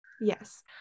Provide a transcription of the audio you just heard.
Yes